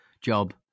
job